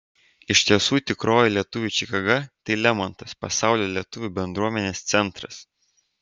iš tiesų tikroji lietuvių čikaga tai lemontas pasaulio lietuvių bendruomenės centras